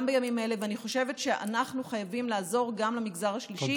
גם בימים אלה אני חושבת שאנחנו חייבים לעזור גם למגזר השלישי,